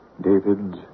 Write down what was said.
David